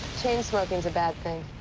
chain smoking's a bad thing.